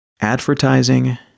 Advertising